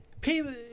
People